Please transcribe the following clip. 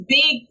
big